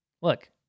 look